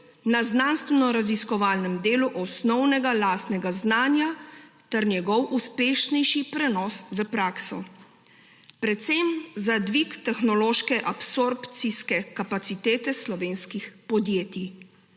na znanstvenoraziskovalnem delu osnovnega lastnega znanja ter njegov uspešnejši prenos v prakso, predvsem za dvig tehnološke absorpcijske kapacitete slovenskih podjetij.